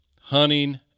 hunting